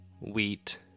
wheat